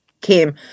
Kim